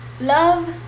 Love